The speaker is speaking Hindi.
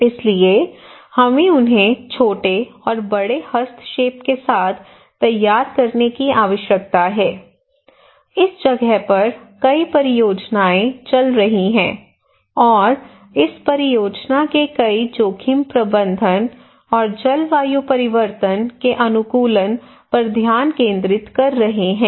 इसलिए हमें उन्हें छोटे और बड़े हस्तक्षेप के साथ तैयार करने की आवश्यकता है इस जगह पर कई परियोजनाएं चल रही हैं और इस परियोजना के कई जोखिम प्रबंधन और जलवायु परिवर्तन के अनुकूलन पर ध्यान केंद्रित कर रहे हैं